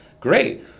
Great